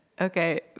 Okay